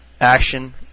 action